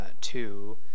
two